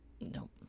Nope